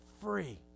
free